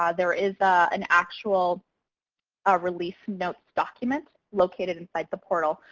ah there is an actual ah release notes document located inside the portal,